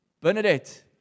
Bernadette